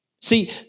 See